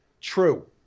true